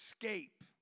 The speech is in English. escape